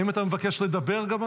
האם אתה מבקש לדבר?